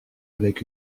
avec